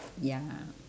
ya lah